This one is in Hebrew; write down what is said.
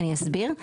אני אסביר.